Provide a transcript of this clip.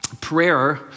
prayer